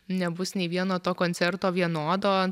nebus nei vieno to koncerto vienodo